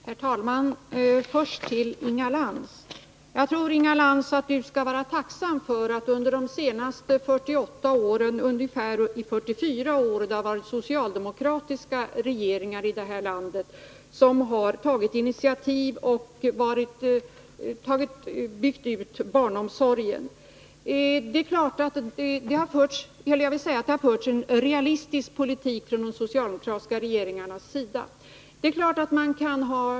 Herr talman! Jag vill först säga till Inga Lantz att jag tror att hon skall vara tacksam för att det under de senaste 48 åren i ungefär 44 år har varit socialdemokratiska regeringar i det här landet som har tagit initiativ och som har byggt ut barnomsorgen. Jag vill påstå att dessa socialdemokratiska regeringar har fört en realistisk politik.